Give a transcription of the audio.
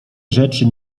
rzeczy